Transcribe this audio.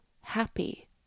happy